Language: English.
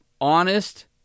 honest